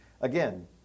again